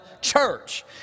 church